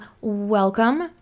welcome